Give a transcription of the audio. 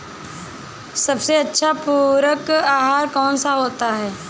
सबसे अच्छा पूरक आहार कौन सा होता है?